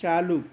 चालू